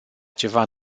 ceva